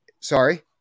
Sorry